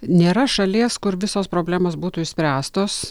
nėra šalies kur visos problemos būtų išspręstos